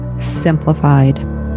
Simplified